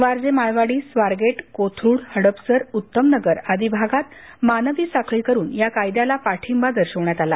वारजे माळवाडी स्वारगेट कोथरूड हडपसर उत्तमनगर आदी भागात मानवी साखळी करून या कायद्याला पाठींबा दर्शवण्यात आला